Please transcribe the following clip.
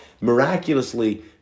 miraculously